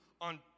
on